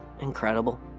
incredible